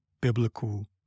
biblical